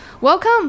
Welcome